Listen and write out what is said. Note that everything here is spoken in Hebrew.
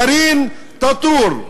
דארין טאטור,